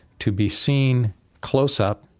to be seen close up,